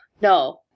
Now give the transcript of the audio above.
no